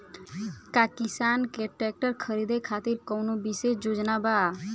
का किसान के ट्रैक्टर खरीदें खातिर कउनों विशेष योजना बा?